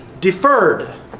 deferred